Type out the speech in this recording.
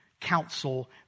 counsel